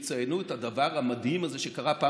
שיציינו את הדבר המדהים הזה שקרה בפעם